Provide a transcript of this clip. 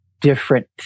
different